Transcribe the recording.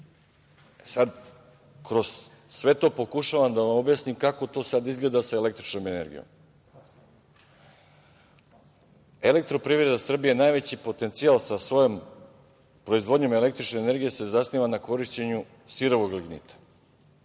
Sad, kroz sve to pokušavam da vam objasnim kako to sada izgleda sa električnom energijom. EPS, najveći potencijal sa svojom proizvodnjom električne energije se zasniva na korišćenju sirovog lignita.